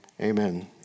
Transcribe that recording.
amen